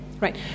right